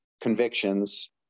convictions